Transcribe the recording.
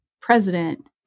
president